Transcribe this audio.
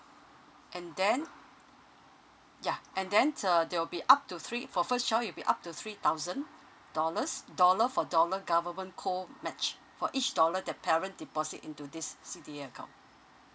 and then yeah and then uh there will be up to three for first child it will be up to three thousand dollars dollar for dollar government co match for each dollar the parent deposit into this C_D_A account